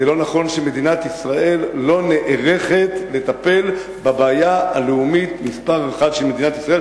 ולא נכון שמדינת ישראל לא נערכת לטפל בבעיה הלאומית מספר אחת שלה.